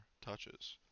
touches